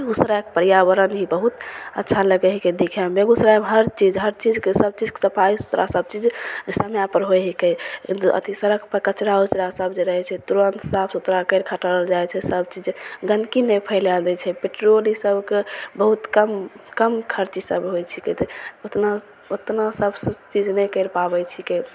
बेगूसरायके पर्यावरण ही बहुत अच्छा लगय है कि दिखयमे बेगूसरायमे हर चीज हर चीजके सबचीजके सफाइ सुथरा सबचीज समयपर होइ हिकै अथी सड़कपर कचरा उचरा सब जे रहय छै तुरन्त साफ सुथरा करि कऽ हटल जाइ छै सबचीजे गन्दगी नहि फैलय दै छै पेट्रोल ईसब के बहुत कम कम खर्च ईसब होइ छिकै ओतना ओतना सब चीज नहि करि पाबय छिकै